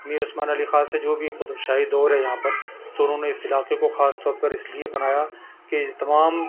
میر عثمان علی خاں سے جو قطب شاہی دور ہے یہاں پر تو انہوں نے اس علاقے کو خاص طور پر اس لیے بنایا کہ تمام